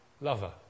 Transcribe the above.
lover